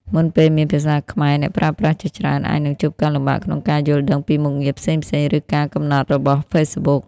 មុនពេលមានភាសាខ្មែរ អ្នកប្រើប្រាស់ជាច្រើនអាចនឹងជួបការលំបាកក្នុងការយល់ដឹងពីមុខងារផ្សេងៗ ឬការកំណត់របស់ Facebook។